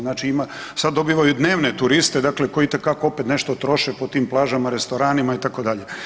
Znači sad dobivaju dnevne turiste, dakle koji itekako opet nešto troše po tim plažama, restoranima, itd.